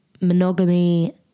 monogamy